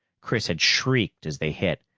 chris had shrieked as they hit,